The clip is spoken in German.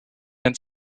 dein